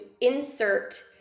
insert